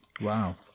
Wow